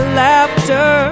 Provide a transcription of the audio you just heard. laughter